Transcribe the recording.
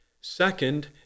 second